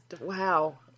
wow